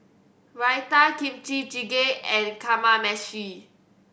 Raita Kimchi Jjigae and Kamameshi